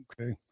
Okay